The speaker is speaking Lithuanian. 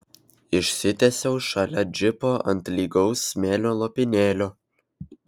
išsitiesiau šalia džipo ant lygaus smėlio lopinėlio